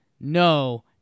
No